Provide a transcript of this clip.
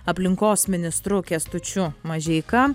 aplinkos ministru kęstučiu mažeika